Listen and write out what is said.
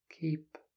Keep